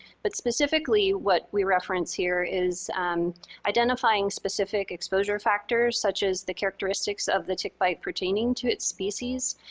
but specifically, what we reference here is identifying specific exposure factors such as the characteristics of the tick bite pertaining to its species,